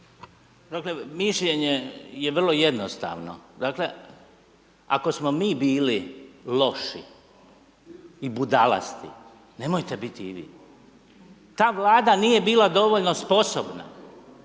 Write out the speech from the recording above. Mišljenje je vrlo jednostavno, dakle, ako smo mi bili loši i budalasti nemojte biti i vi. Ta vlada nije bila dovoljno sposobna,